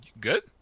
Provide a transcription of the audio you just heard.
Good